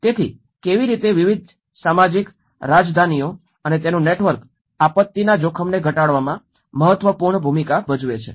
તેથી કેવી રીતે વિવિધ સામાજિક રાજધાનીઓ અને તેનું નેટવર્ક આપત્તિના જોખમને ઘટાડવામાં મહત્વપૂર્ણ ભૂમિકા ભજવે છે